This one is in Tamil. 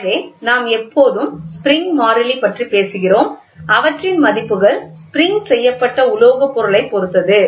எனவே நாம் எப்போதும் ஸ்ப்ரிங் மாறிலி பற்றி பேசுகிறோம் அவற்றின் மதிப்புகள் ஸ்ப்ரிங் செய்யப்பட்ட உலோக பொருளைப் பொறுத்தது